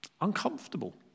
uncomfortable